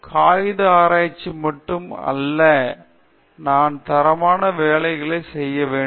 காகித ஆராய்ச்சி மட்டும் அல்ல நான் சில தரமான வேலைகளை செய்ய வேண்டும்